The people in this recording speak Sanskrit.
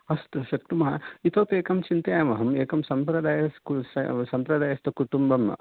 अस्तु शक्नुमः इतोपि एकं चिन्तयाम्यहम् एकं सम्प्रदायस्कुल् सम्प्रदायस्थकुटुम्बं